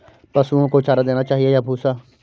पशुओं को चारा देना चाहिए या भूसा?